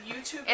YouTube